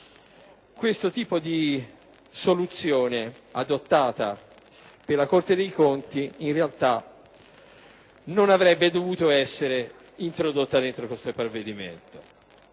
Questo tipo di soluzione adottata per la Corte dei conti, in realtà, non avrebbe dovuto essere introdotta in questo provvedimento.